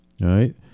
right